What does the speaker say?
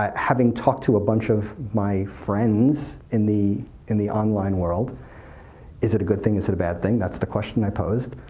having talked to a bunch of my friends in the in the online world is it a good thing, is it a bad thing? that's the question i posed.